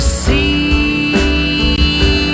see